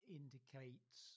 indicates